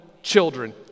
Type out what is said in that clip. children